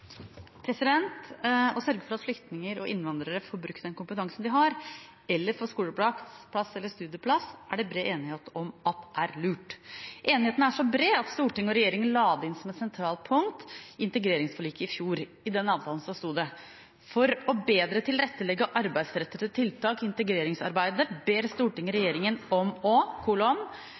Å sørge for at flyktninger og innvandrere får brukt den kompetansen de har, eller får skoleplass eller studieplass, er det bred enighet om er lurt. Enigheten er så bred at storting og regjering la det inn som et sentralt punkt i integreringsforliket i 2015. I den avtalen stod det: «For å bedre tilrettelegge arbeidsrettede tiltak i integreringsarbeidet ber Stortinget regjeringen om å: